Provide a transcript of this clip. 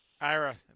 Ira